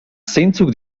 zeintzuk